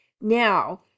Now